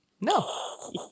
No